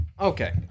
Okay